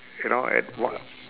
around at one